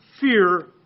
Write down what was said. fear